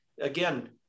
again